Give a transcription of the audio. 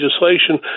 legislation